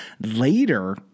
later